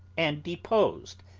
and deposed,